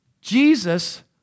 Jesus